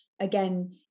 again